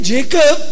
Jacob